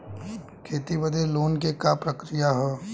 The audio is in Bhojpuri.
खेती बदे लोन के का प्रक्रिया ह?